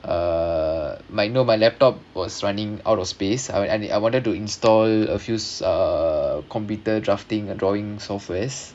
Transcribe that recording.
uh might no my laptop was running out of space and I wanted to install a few uh computer drafting a drawing softwares